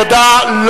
תודה.